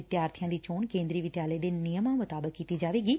ਵਿਦਿਆਰਥੀਆ ਦੀ ਚੋਣ ਕੇਂਦਰੀ ਵਿਦਿਆਲੇ ਦੇ ਨਿਯਮਾਂ ਮੁਤਾਬਿਕ ਕੀਤੀ ਜਾਵੇਗੀ